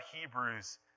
Hebrews